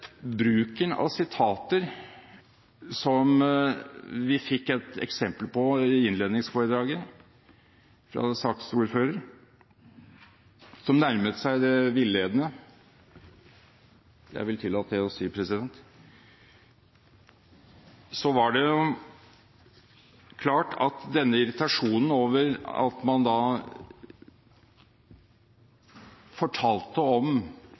bruken av sitater som vi fikk et eksempel på i innledningsforedraget til saksordføreren – som nærmet seg det villedende, vil jeg tillate meg å si – så var det klart at denne irritasjonen over at man fortalte om